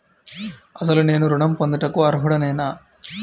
అసలు నేను ఋణం పొందుటకు అర్హుడనేన?